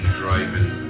driving